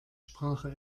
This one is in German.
sprache